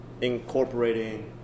incorporating